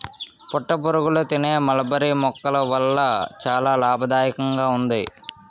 పట్టుపురుగులు తినే మల్బరీ మొక్కల వల్ల చాలా లాభదాయకంగా ఉంది